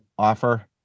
Offer